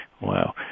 Wow